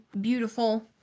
beautiful